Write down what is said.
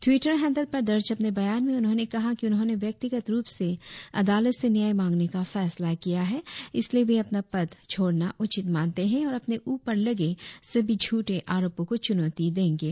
Twitter handle पर दर्ज अपने बयान में उन्होंने कहा कि उन्होंने व्यक्तिगत रूप से अदालत से न्याय मांगने का फैसला किया है इसलिये वे अपना पद छोड़ना उचित मानते हैं और अपने ऊपर लगे सभी झूठे आरोपों को च्नौती देंगे